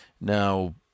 Now